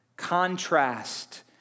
contrast